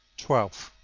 twelve.